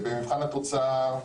במבחן התוצאה,